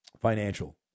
financial